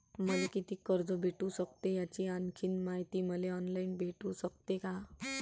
मले कितीक कर्ज भेटू सकते, याची आणखीन मायती मले ऑनलाईन भेटू सकते का?